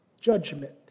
judgment